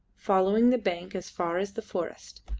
following the bank as far as the forest.